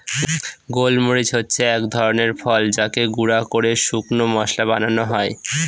গোল মরিচ হচ্ছে এক ধরনের ফল যাকে গুঁড়া করে শুকনো মশলা বানানো হয়